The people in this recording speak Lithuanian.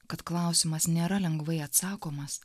kad klausimas nėra lengvai atsakomas